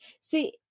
See